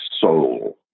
soul